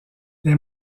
les